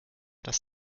dass